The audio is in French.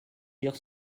lire